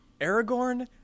Aragorn